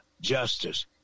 justice